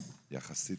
יחסית,